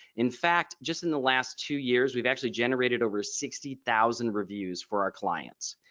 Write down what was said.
in fact just in the last two years we've actually generated over sixty thousand reviews for our clients.